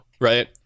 right